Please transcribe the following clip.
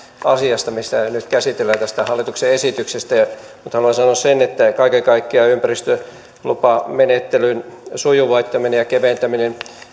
asiasta mitä nyt käsitellään tästä hallituksen esityksestä nyt haluan sanoa sen että kaiken kaikkiaan ympäristölupamenettelyn sujuvoittaminen ja keventäminen